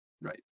Right